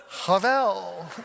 Havel